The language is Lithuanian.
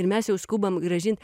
ir mes jau skubam grąžint